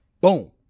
Boom